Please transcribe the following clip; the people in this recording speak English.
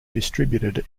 distributed